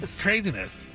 craziness